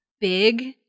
big